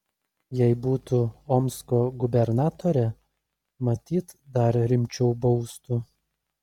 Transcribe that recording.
jei būtų omsko gubernatore matyt dar rimčiau baustų